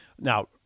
Now